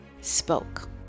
spoke